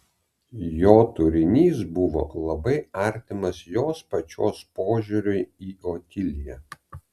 jo turinys buvo labai artimas jos pačios požiūriui į otiliją